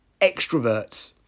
extroverts